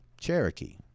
Cherokee